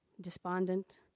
despondent